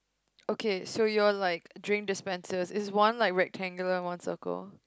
okay so you're like drink dispensers is one like rectangular one circle